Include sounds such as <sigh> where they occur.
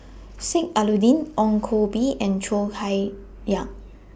<noise> Sheik Alau'ddin Ong Koh Bee and Cheo Chai Hiang